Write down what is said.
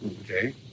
Okay